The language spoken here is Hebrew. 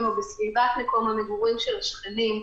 או בסביבת מקום המגורים של השכנים.